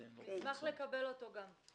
נשמח לקבל אותו גם.